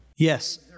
Yes